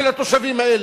של התושבים האלה.